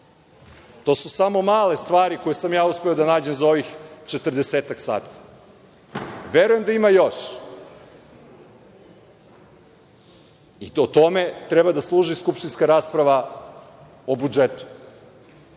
su samo male stvari koje sam ja uspeo da nađem za ovih četrdesetak sati. Verujem da ima još i tome treba da služi skupštinska rasprava o budžetu,